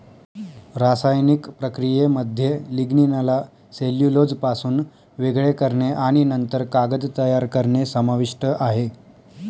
रासायनिक प्रक्रियेमध्ये लिग्निनला सेल्युलोजपासून वेगळे करणे आणि नंतर कागद तयार करणे समाविष्ट आहे